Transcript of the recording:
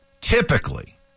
typically